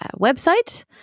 website